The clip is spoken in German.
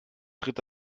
tritt